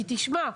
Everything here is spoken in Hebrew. כי תשמע,